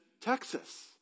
Texas